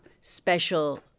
special